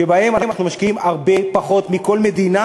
שבהם אנחנו משקיעים הרבה פחות מכל מדינה